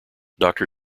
doctor